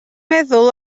meddwl